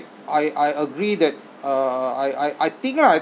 I I agree that uh uh I I I think lah